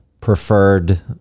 preferred